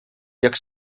jak